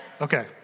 Okay